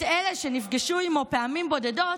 את אלה שנפגשו עימו פעמים בודדות,